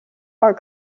are